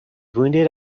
wounded